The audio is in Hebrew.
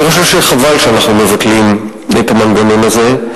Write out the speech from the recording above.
אני חושב שחבל שאנחנו מבטלים את המנגנון הזה.